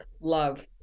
love